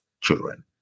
children